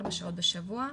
4 שעות בשבוע,